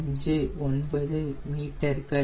959 மீட்டர்கள்